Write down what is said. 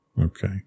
Okay